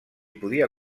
podia